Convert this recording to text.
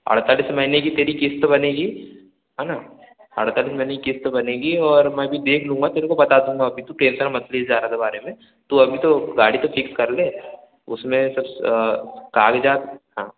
अड़तालीस महीने की तेरी किस्त बनेगी है ना अड़तालीस महीने की क़िस्त बनेगी और मैं भी देख लूंगा तेरे को बता दूंगा तू टेंशन मत ले ज़्यादा इसके बारे में तू अभी तो गाड़ी तो चूज़ कर ले उसमें सब कागजात हाँ